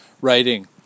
writing